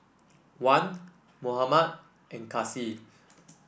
Wan Muhammad and Kasih